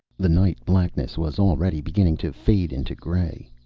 the night blackness was already beginning to fade into gray.